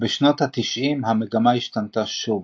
בשנות ה-90 המגמה השתנתה שוב.